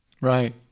Right